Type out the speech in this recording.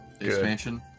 expansion